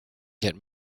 get